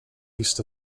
east